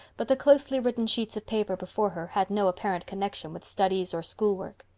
but the closely written sheets of paper before her had no apparent connection with studies or school work.